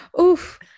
oof